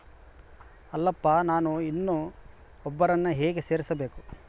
ಅಲ್ಲಪ್ಪ ನಾನು ಇನ್ನೂ ಒಬ್ಬರನ್ನ ಹೇಗೆ ಸೇರಿಸಬೇಕು?